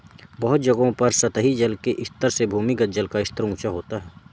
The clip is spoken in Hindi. बहुत जगहों पर सतही जल के स्तर से भूमिगत जल का स्तर ऊँचा होता है